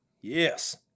yes